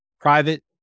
private